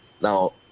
Now